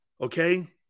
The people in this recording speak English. Okay